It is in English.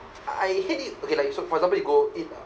I hate it okay like so for example you go eat lah